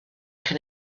can